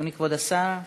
אדוני כבוד השר.